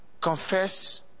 Confess